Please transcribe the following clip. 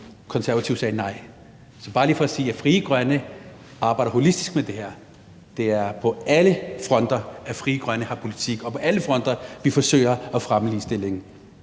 Konservative sagde nej. Det er bare lige for at sige, at Frie Grønne arbejder holistisk med det her. Det er på alle fronter, at Frie Grønne har politik, og det er på alle fronter, vi forsøger at fremme ligestillingen.